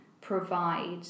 provide